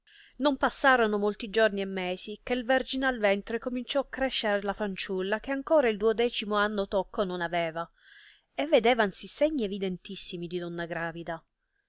non passorono molti giorni e mesi che verginal ventre cominciò crescere alla fanciulla che ancora il duodecimo anno tocco non aveva e vedevansi segni evidentissimi di donna gravida